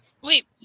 Wait